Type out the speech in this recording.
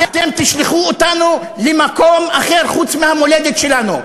אתם תשלחו אותנו למקום אחר חוץ מהמולדת שלנו.